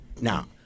Now